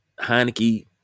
Heineke